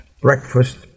breakfast